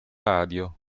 radio